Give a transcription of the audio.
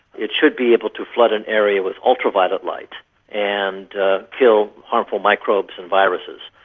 it should be able to flood an area with ultraviolet light and kill harmful microbes and viruses.